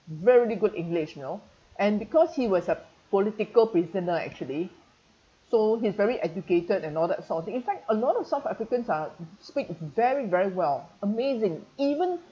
very good english you know and because he was a political prisoner actually so he's very educated and all that sort of thing in fact a lot of south africans are speak very very well amazing even